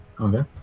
Okay